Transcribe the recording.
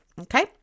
Okay